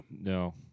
No